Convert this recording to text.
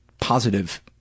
Positive